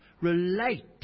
relate